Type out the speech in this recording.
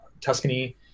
Tuscany